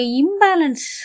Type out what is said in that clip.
imbalance